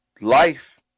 life